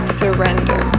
surrender